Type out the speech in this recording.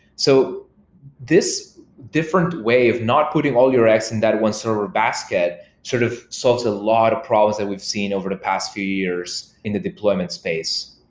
so this different way of not putting all your eggs in that one server basket sort of solves a lot of problems that we've seen over the past few years in the deployment space.